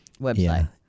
Website